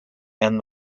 and